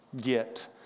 get